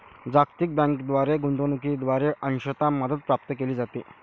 जागतिक बँकेद्वारे गुंतवणूकीद्वारे अंशतः मदत प्राप्त केली जाते